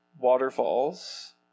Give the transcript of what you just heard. Waterfalls